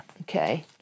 Okay